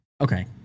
okay